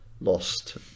lost